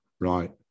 right